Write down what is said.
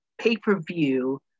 pay-per-view